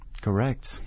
Correct